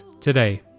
today